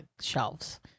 shelves